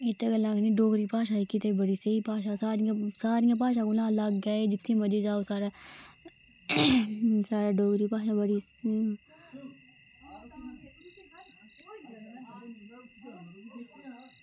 ते इस्सै गल्ला जेह्ड़ी डोगरी भाशा ओह् बड़ी स्हेई भाशा एह् सारियें भाशा कोला अलग ऐ एह् साढ़ियें बाकियें भाशा कोला साढ़े डोगरी भाशा